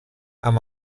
amb